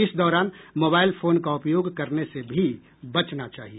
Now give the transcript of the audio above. इस दौरान mobile phone का उपयोग करने से भी बचना चाहिए